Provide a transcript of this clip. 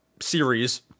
series